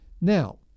Now